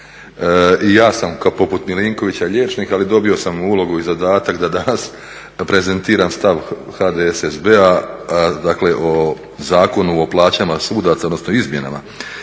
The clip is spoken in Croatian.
I ja sam poput Milinkovića liječnik, ali dobio sam ulogu i zadatak da danas prezentiran stav HDSSB-a, dakle o Zakonu o plaćama sudaca, odnosno izmjenama